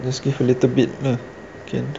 just give a little bit lah can